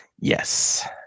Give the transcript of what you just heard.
Yes